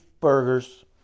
burgers